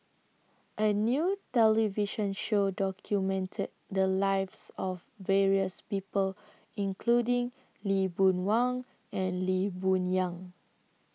A New television Show documented The Lives of various People including Lee Boon Wang and Lee Boon Yang